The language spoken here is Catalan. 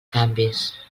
canvis